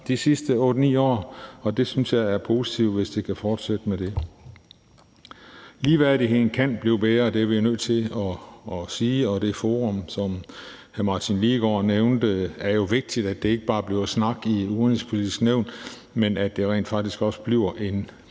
de sidste 8-9 år, og jeg synes, det er positivt, hvis det kan fortsætte. Ligeværdigheden kan blive bedre – det er vi nødt til at sige. Og det forum, som hr. Martin Lidegaard nævnte, er jo vigtigt, så det ikke bare bliver snak i Det Udenrigspolitiske Nævn, men at det rent faktisk også bliver en